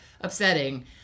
upsetting